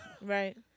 right